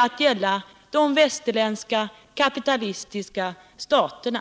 att gälla de västerländska kapitalistiska staterna.